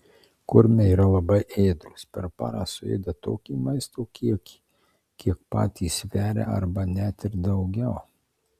kurmiai yra labai ėdrūs per parą suėda tokį maisto kiekį kiek patys sveria arba net ir daugiau